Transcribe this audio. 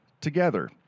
together